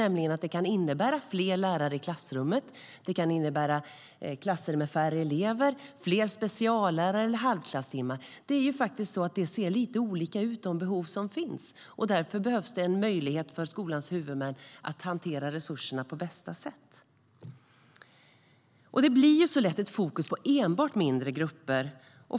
Det kan innebära fler lärare i klassrummet, klasser med färre elever och fler speciallärare eller halvklasstimmar. De behov som finns ser faktiskt lite olika ut, och därför behövs det en möjlighet för skolans huvudmän att hantera resurserna på bästa sätt. Det blir lätt fokus enbart på mindre grupper.